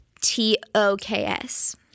T-O-K-S